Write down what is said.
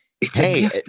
hey